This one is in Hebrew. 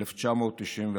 ב-1991.